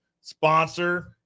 sponsor